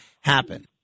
happen